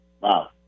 Wow